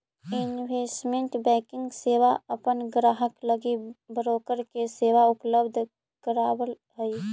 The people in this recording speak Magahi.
इन्वेस्टमेंट बैंकिंग सेवा अपन ग्राहक लगी ब्रोकर के सेवा उपलब्ध करावऽ हइ